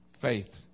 Faith